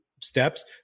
steps